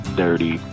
dirty